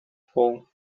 fall